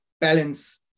balance